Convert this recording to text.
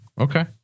Okay